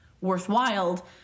worthwhile